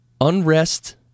Unrest